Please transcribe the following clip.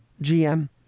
GM